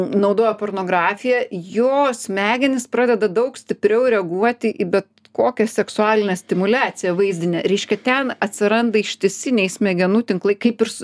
naudoja pornografiją jo smegenys pradeda daug stipriau reaguoti į bet kokią seksualinę stimuliaciją vaizdinę reiškia ten atsiranda ištisiniai smegenų tinklai kaip ir s